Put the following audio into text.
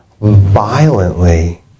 violently